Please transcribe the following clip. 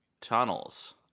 Tunnels